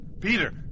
Peter